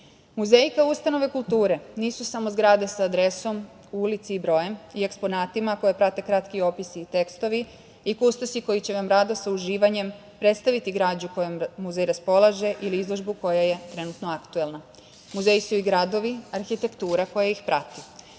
kao ustanove kulture nisu samo zgrade sa adresom, ulicom i brojem i eksponatima koje prate kratki opisi i tekstovi i kustosi koji će vam rado sa uživanjem predstaviti građu kojom muzej raspolaže ili izložbu koja je trenutno aktuelna. Muzeji su i gradovi arhitektura koja ih prati.